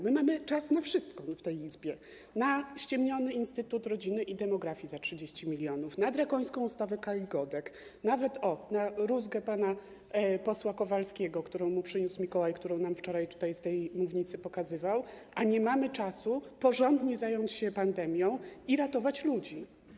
My mamy czas na wszystko w tej Izbie: na ściemniony Instytut Rodziny i Demografii za 30 mln, na drakońską ustawę Kai Godek, nawet na rózgę pana posła Kowalskiego, którą mu przyniósł mikołaj, którą nam wczoraj z tej mównicy pokazywał, a nie mamy czasu porządnie zająć się pandemią i ratować ludzi.